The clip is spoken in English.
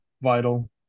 Vital